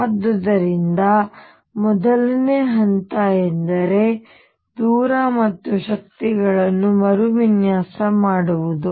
ಆದುದರಿಂದ ಮೊದಲನೇ ಹಂತ ಎಂದರೆ ದೂರ ಮತ್ತು ಶಕ್ತಿಗಳನ್ನು ಮರುವಿನ್ಯಾಸ ಮಾಡುವುದು